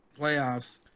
playoffs